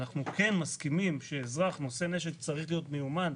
אנחנו כן מסכימים שאזרח נושא נשק צריך להיות מיומן,